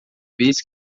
vez